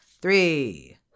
Three